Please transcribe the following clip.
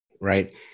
right